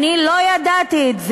לא ידעתי את זה.